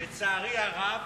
לצערי הרב,